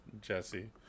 Jesse